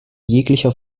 jeglicher